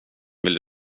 vill